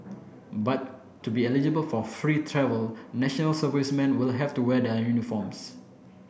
but to be eligible for free travel national servicemen will have to wear their uniforms